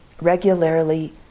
regularly